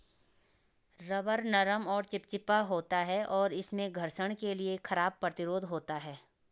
rubber नरम और चिपचिपा होता है, और इसमें घर्षण के लिए खराब प्रतिरोध होता है